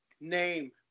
name